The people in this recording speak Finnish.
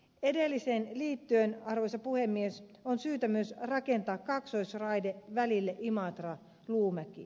edelliseen liittyen arvoisa puhemies on syytä myös rakentaa kaksoisraide välille imatraluumäki